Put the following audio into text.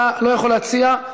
אתה לא יכול להציע.